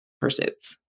pursuits